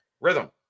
rhythm